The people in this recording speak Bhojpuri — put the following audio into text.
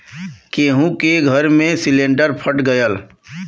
केहु के घर मे सिलिन्डर फट गयल